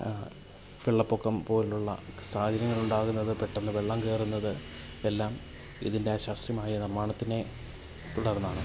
വെള്ളപ്പൊക്കം പോലെയുള്ള സാഹചര്യങ്ങൾ ഉണ്ടാകുന്നത് പെട്ടെന്ന് വെള്ളം കയറുന്നത് എല്ലാം ഇതിൻറെ അശാസ്ത്രീയമായ നിർമ്മാണത്തിനെ തുടർന്നാണ്